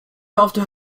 after